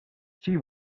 she